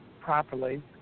properly